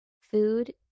Food